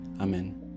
Amen